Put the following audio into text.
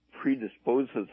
predisposes